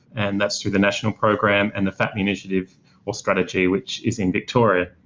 and that's through the national program and the fapmi initiative or strategy, which is in victoria.